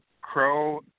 Crow